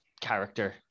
character